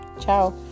Ciao